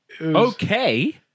Okay